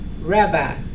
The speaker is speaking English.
Rabbi